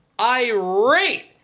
irate